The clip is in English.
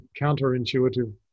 counterintuitive